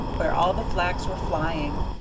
where all the flags were flying.